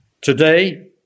Today